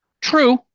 True